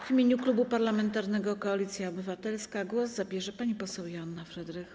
W imieniu Klubu Parlamentarnego Koalicja Obywatelska głos zabierze pani poseł Joanna Frydrych.